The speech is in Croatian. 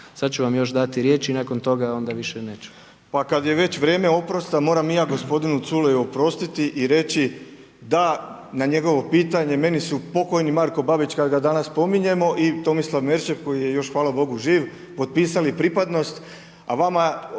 Sada ću vam još dati riječ i nakon toga onda više neću. **Matić, Predrag Fred (SDP)** Pa kada mi je već vrijeme oprosta moram i ja gospodinu Culeju oprostiti i reći da na njegovo pitanje. Meni su pokojni Marko Babić kada ga danas spominjemo i Tomislav Merčep koji je još hvala Bogu živ potpisali pripadnost